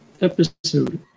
episode